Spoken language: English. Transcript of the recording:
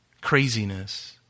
Craziness